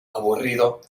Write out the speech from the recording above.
aburrido